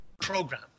program